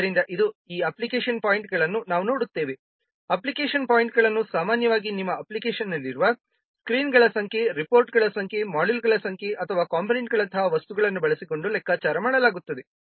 ಆದ್ದರಿಂದ ಇದು ಈ ಅಪ್ಲಿಕೇಶನ್ ಪಾಯಿಂಟ್ಗಳನ್ನು ನಾವು ನೋಡುತ್ತೇವೆ ಅಪ್ಲಿಕೇಶನ್ ಪಾಯಿಂಟ್ಗಳನ್ನು ಸಾಮಾನ್ಯವಾಗಿ ನಿಮ್ಮ ಅಪ್ಲಿಕೇಶನ್ನಲ್ಲಿರುವ ಸ್ಕ್ರೀನ್ಗಳ ಸಂಖ್ಯೆ ರಿಪೋರ್ಟ್ಗಳ ಸಂಖ್ಯೆ ಮಾಡ್ಯೂಲ್ಗಳ ಸಂಖ್ಯೆ ಅಥವಾ ಕಂಪೋನೆಂಟ್ಗಳಂತಹ ವಸ್ತುಗಳನ್ನು ಬಳಸಿಕೊಂಡು ಲೆಕ್ಕಾಚಾರ ಮಾಡಲಾಗುತ್ತದೆ